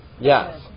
Yes